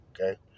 Okay